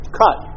cut